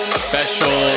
special